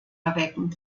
erwecken